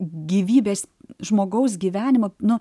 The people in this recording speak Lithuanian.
gyvybės žmogaus gyvenimą nu